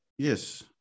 Yes